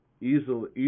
Easily